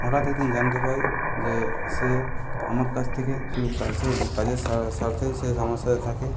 হঠাৎ একদিন জানতে পাই যে সে আমার কাছ থেকে শুধু কাজে কাজের স্বার্থেই সে আমার সাথে থাকে